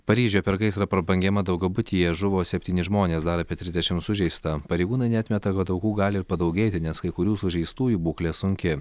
paryžiuje per gaisrą prabangiame daugiabutyje žuvo septyni žmonės dar apie trisdešimt sužeista pareigūnai neatmeta kad aukų gali ir padaugėti nes kai kurių sužeistųjų būklė sunki